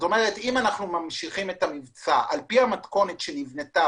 אם אנחנו ממשיכים את המבצע על פי המתכונת שנבנתה